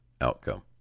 outcome